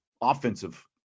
offensive